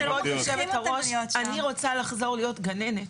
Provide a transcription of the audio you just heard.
כבוד היושבת ראש, אני רוצה לחזור להיות גננת.